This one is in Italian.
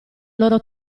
loro